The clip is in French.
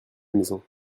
maison